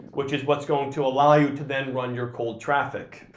which is what's going to allow you to then run your cold traffic.